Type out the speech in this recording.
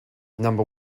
number